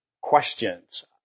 questions